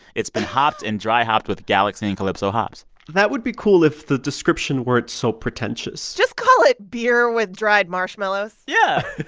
it's been hopped and dry hopped with galaxy and calypso hops that would be cool if the description weren't so pretentious just call it beer with dried marshmallows yeah.